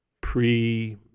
pre